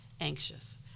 anxious